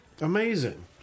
Amazing